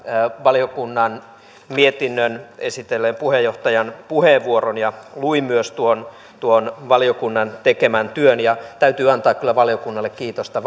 valiokunnan mietinnön esitelleen puheenjohtajan puheenvuoron ja luin myös tuon tuon valiokunnan tekemän työn ja täytyy antaa kyllä valiokunnalle kiitosta